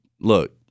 look